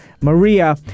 Maria